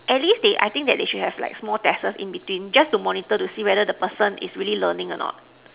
at least they I think that they should have like small tests in between just to monitor to see like whether he person is really learning or not